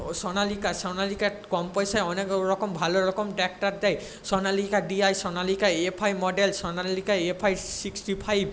ও সোনালিকা সোনালিকা কম পয়সায় অনেক রকম ভালো রকম ট্র্যাক্টর দেয় Sonalika D I Sonalika F I model Sonalika F I sixty five